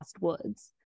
Woods